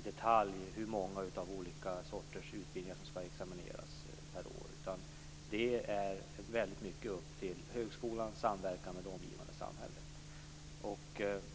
detalj fastställer hur många som skall utexamineras per år av olika sorters utbildningar. Det är väldigt mycket upp till högskolan i samverkan med det omgivande samhället.